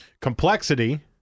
Complexity